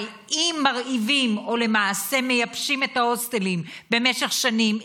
אבל אם מרעיבים או למעשה מייבשים את ההוסטלים במשך שנים.